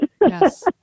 Yes